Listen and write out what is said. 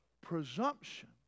presumption